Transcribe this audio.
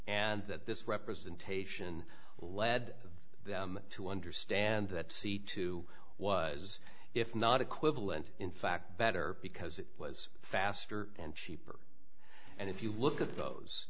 that this representation led them to understand that c two was if not equivalent in fact better because it was faster and cheaper and if you look at those